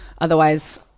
Otherwise